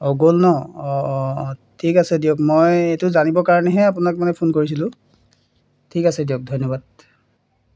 অঁ গ'ল ন অঁ অঁ ঠিক আছে দিয়ক মই এইটো জানিবৰ কাৰণেহে আপোনাক মানে ফোন কৰিছিলোঁ ঠিক আছে দিয়ক ধন্যবাদ